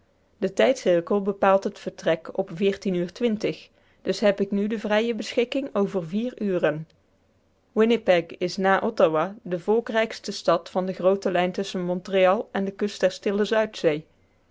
de tijdcirkel bepaalt het vertrek op uur dus heb ik nu de vrije beschikking over vier uren winnipeg is na ottawa de volkrijkste stad van de groote lijn tusschen montreal en de kust der stille zuidzee